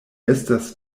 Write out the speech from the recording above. estas